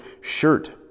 shirt